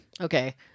Okay